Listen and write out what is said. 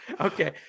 Okay